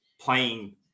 playing